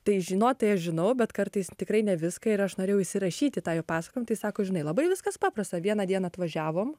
tai žinot tai aš žinau bet kartais tikrai ne viską ir aš norėjau įsirašyt tą jų pasakom tai sako žinai labai viskas paprasta vieną dieną atvažiavom